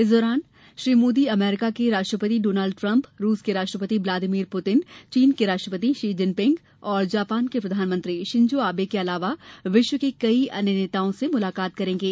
इस दौरान श्री मोदी अमेरिका के राष्ट्रपति डोनाल्ड ट्रंप रुस के राष्ट्रपति व्लादिमीर पुतिन चीन के राष्ट्रपति शी जिनपिंग और जापान के प्रधानमंत्री शिंजो आबे के अलावा विश्व के कई अन्य नेताओं से मुलाकात करेंगे